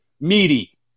meaty